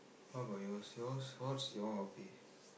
how about yours yours what is your hobby